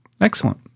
Excellent